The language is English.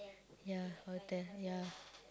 ya hotel ya